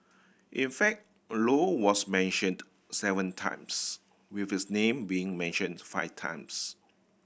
in fact a Low was mentioned seven times with his name being mentioned five times